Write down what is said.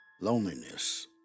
Loneliness